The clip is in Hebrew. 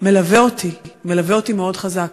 מלווה אותי, מלווה אותי מאוד חזק.